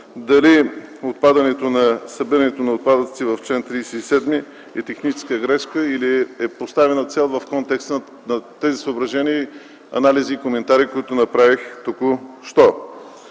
на събирането на отпадъци в чл. 37 е техническа грешка или е поставена цел в контекста на тези съображения, анализи и коментари, които направих току-що.